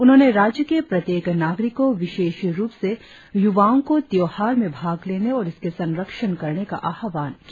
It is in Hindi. उन्होंने राज्य के प्रत्येक नागरिकों विशेषरुप से युवाओ को त्योहार में भाग लेने और इसकी संरक्षण करने का आह्वान किया